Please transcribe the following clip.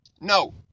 No